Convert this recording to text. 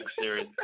series